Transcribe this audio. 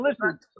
listen